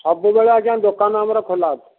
ସବୁବେଳେ ଆଜ୍ଞା ଦୋକାନ ଆମର ଖୋଲା ଅଛି